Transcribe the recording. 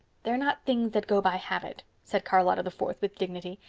they're not things that go by habit, said charlotta the fourth with dignity.